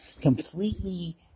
completely